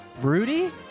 Rudy